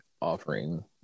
offering